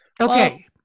okay